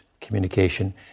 communication